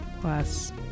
plus